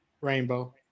Rainbow